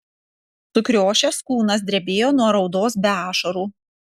sukriošęs kūnas drebėjo nuo raudos be ašarų